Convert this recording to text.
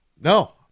No